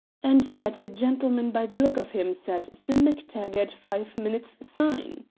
and yet a gentleman by the look of him, said sim mactaggart, five minutes syne.